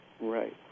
Right